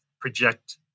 project